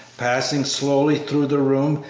passing slowly through the room,